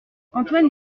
antoine